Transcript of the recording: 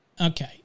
Okay